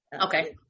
Okay